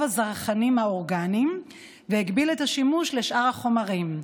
הזרחנים האורגניים והגביל את השימוש בשאר החומרים.